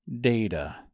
data